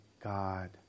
God